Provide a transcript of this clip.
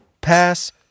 pass